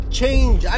change